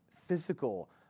physical